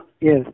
Yes